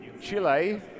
Chile